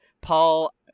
Paul